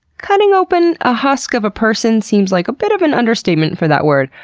cutting open a husk of a person seems like a bit of an understatement for that word.